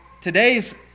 today's